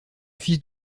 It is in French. fils